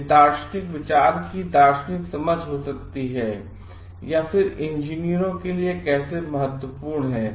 यह दार्शनिक विचार की एक दार्शनिक समझ हो सकती है फिर यह इंजीनियरों के लिए कैसे महत्वपूर्ण है